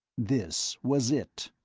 this was it.